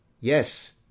Yes